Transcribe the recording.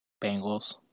Bengals